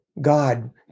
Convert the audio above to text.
God